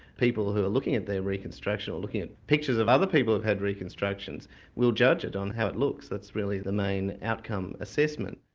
people who are looking at their reconstruction or looking at pictures of other people who have had reconstructions will judge it on how it looks, that's really the main outcome assessment.